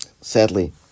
sadly